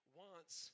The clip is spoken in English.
wants